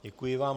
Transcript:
Děkuji vám.